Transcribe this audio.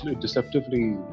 deceptively